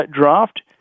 Draft